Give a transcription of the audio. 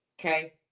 okay